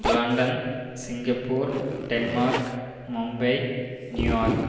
London Singapore Denmark Mumbai New York